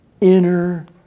inner